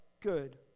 good